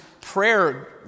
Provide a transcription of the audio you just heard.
prayer